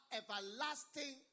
everlasting